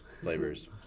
flavors